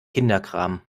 kinderkram